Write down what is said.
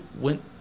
went